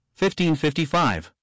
1555